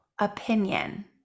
opinion